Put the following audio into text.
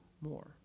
more